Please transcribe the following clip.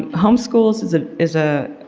homeschools is ah is a